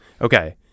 Okay